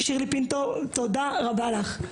שירלי פינטו, תודה רבה לך.